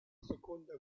seconda